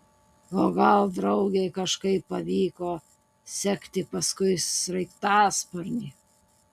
o gal draugei kažkaip pavyko sekti paskui sraigtasparnį